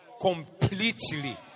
completely